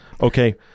Okay